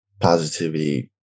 Positivity